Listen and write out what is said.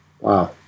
Wow